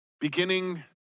beginning